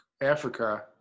Africa